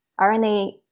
RNA